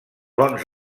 bons